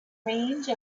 range